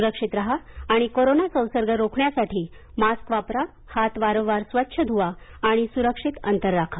सुरक्षित राहा आणि कोरोना संसर्ग रोखण्यासाठी मास्क वापरा हात वारंवार स्वच्छ धुवा आणि सुरक्षित अंतर राखा